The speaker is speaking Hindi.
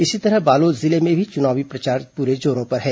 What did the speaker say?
इसी तरह बालोद जिले में भी चुनावी प्रचार पूरे जोरों पर हैं